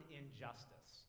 injustice